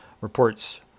reports